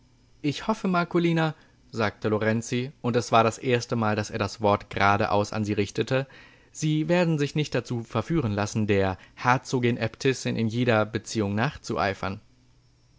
ich hoffe marcolina sagte lorenzi und es war das erstemal daß er das wort geradaus an sie richtete sie werden sich nicht dazu verführen lassen der herzogin äbtissin in jeder beziehung nachzueifern